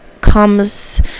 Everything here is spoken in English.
comes